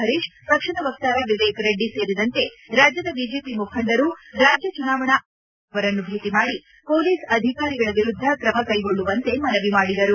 ಹರೀಶ್ ಪಕ್ಷದ ವಕ್ತಾರ ವಿವೇಕ ರೆಡ್ಡಿ ಸೇರಿದಂತೆ ರಾಜ್ಯ ಬಿಜೆಪಿ ಮುಖಂಡರು ರಾಜ್ಯ ಚುನಾವಣಾ ಆಯುಕ್ತ ಸಂಜೀವ್ ಕುಮಾರ್ ಅವರನ್ನು ಭೇಟ ಮಾಡಿ ಪೊಲೀಸ್ ಅಧಿಕಾರಿಗಳ ವಿರುದ್ದ ತ್ರಮ ಕೈಗೊಳ್ಳುವಂತೆ ಮನವಿ ಮಾಡಿದರು